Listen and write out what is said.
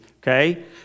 okay